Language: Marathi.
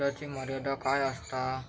कर्जाची मर्यादा काय असता?